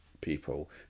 people